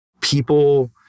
people